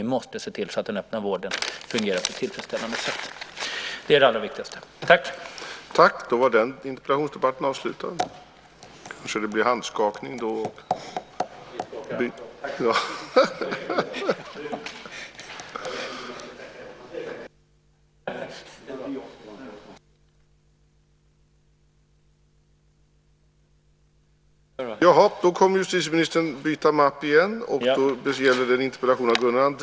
Vi måste se till så att den öppna vården fungerar på ett tillfredsställande sätt.